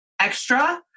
extra